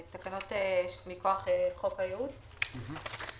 אין תקנות ניירות ערך (אגרת